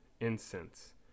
incense